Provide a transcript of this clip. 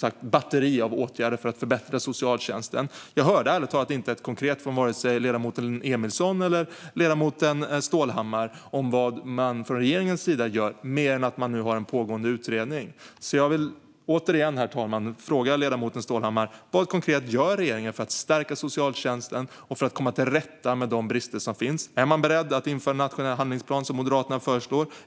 fram ett batteri av åtgärder för att förbättra socialtjänsten. Jag hörde ärligt talat inte något konkret från vare sig ledamoten Emilsson eller ledamoten Stålhammar om vad regeringen gör, mer än att man har en pågående utredning. Herr talman! Jag vill återigen fråga ledamoten Stålhammar: Vad konkret gör regeringen för att stärka socialtjänsten och för att komma till rätta med de brister som finns? Är man beredd att införa en nationell handlingsplan, som Moderaterna föreslår?